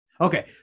Okay